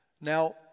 Now